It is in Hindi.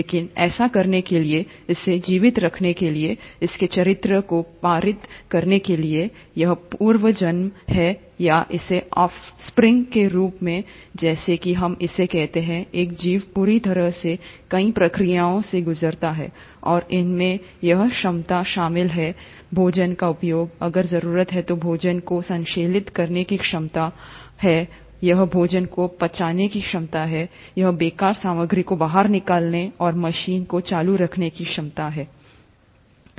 लेकिन ऐसा करने के लिए इसे जीवित रखने के लिए इसके चरित्र को पारित करने के लिए यह पूर्वजन्म है या इसे ऑफ स्प्रिंग्स के रूप में जैसा कि हम इसे कहते हैं एक जीव पूरी तरह से कई प्रक्रियाओं से गुजरता है और इनमें यह क्षमता शामिल है भोजन का उपयोग अगर जरूरत हो तो भोजन को संश्लेषित करने की क्षमता है यह भोजन को पचाने की क्षमता है यह बेकार सामग्री को बाहर निकालने और मशीन को चालू रखने की क्षमता है